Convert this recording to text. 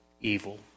evil